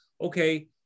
okay